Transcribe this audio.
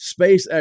SpaceX